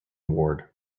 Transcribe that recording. award